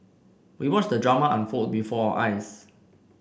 we watched the drama unfold before eyes